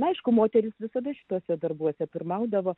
aišku moteris visada šituose darbuose pirmaudavo